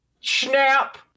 Snap